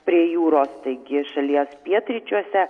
prie jūros taigi šalies pietryčiuose